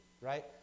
right